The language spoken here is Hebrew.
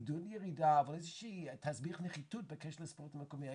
עידוד ירידה או איזה שהוא תסביך נחיתות בקשר לספורט מקומי.